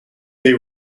they